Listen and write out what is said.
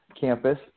campus